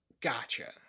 gotcha